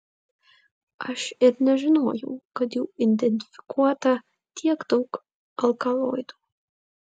aš ir nežinojau kad jau identifikuota tiek daug alkaloidų